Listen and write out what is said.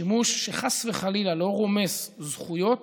שימוש שחס וחלילה לא רומס זכויות